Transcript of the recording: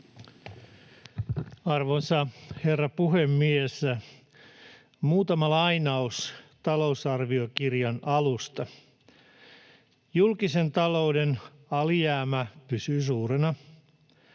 Arvoisa herra puhemies! Muutama lainaus talousarviokirjan alusta: ”Julkisen talouden alijäämä pysyy suurena.